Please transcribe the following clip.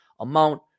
Amount